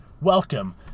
Welcome